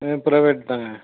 ம் ப்ரைவேட்தாங்க